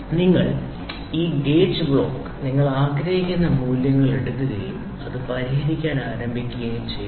നിങ്ങൾ ഈ ഗേജ് ബ്ലോക്കുകൾ നിങ്ങൾ ആഗ്രഹിക്കുന്ന മൂല്യങ്ങൾ എടുക്കുകയും അത് പരിഹരിക്കാൻ ആരംഭിക്കുകയും ചെയ്യുന്നു